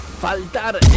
faltar